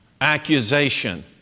accusation